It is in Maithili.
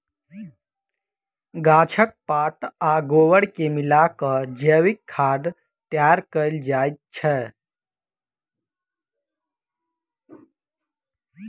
गाछक पात आ गोबर के मिला क जैविक खाद तैयार कयल जाइत छै